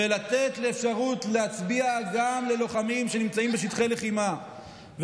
ולתת גם ללוחמים שנמצאים בשטחי לחימה אפשרות להצביע,